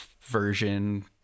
version